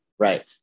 Right